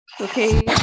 Okay